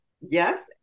Yes